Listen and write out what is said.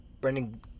...Brendan